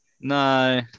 No